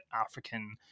African